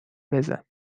بزن